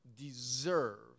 deserve